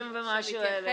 60 ומשהו אלף.